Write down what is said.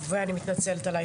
אבל אני מתנצלת על האיחור.